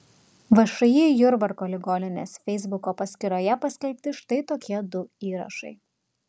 všį jurbarko ligoninės feisbuko paskyroje paskelbti štai tokie du įrašai